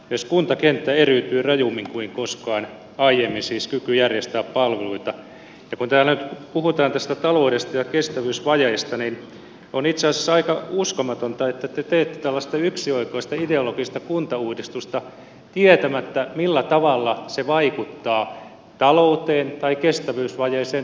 jos kuntakenttä eriytyy rajummin kuin koskaan aiemmin siis kyky järjestää palveluita ja kun täällä nyt puhutaan tästä taloudesta ja kestävyysvajeista niin on itse asiassa aika uskomatonta että te teette tällaista yksioikoista ideologista kuntauudistusta tietämättä millä tavalla se vaikuttaa talouteen tai kestävyysvajeeseen tai palvelujen järjestämiseen